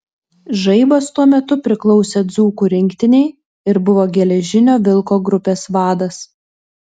žaibas tuo metu priklausė dzūkų rinktinei ir buvo geležinio vilko grupės vadas